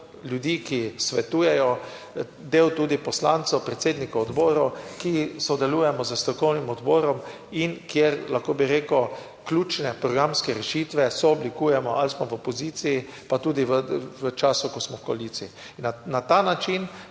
ljudi, ki svetujejo, del tudi poslancev, predsednikov odborov, ki sodelujemo s strokovnim odborom in kjer lahko, bi rekel, ključne programske rešitve sooblikujemo, ali smo v opoziciji, pa tudi v času, ko smo v koaliciji, in na ta način